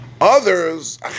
Others